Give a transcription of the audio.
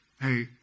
Hey